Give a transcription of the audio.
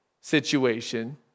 situation